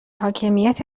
حاکمیت